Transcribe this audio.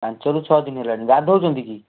ପାଞ୍ଚରୁ ଛଅ ଦିନି ହେଲାଣି ଗାଧଉଛନ୍ତି କି